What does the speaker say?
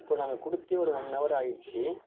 இப்போது நாங்கள் கொடுத்தே ஒரு ஒன் ஹவர் ஆயிடுச்சு